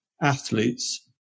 athletes